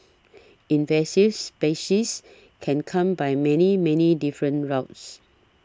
invasive species can come by many many different routes